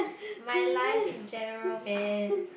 my life in general man